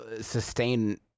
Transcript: sustain